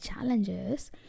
challenges